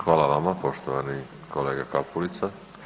Hvala vama poštovani kolega Kapulica.